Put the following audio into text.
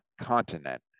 continent